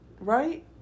Right